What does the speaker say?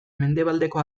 mendebaldeko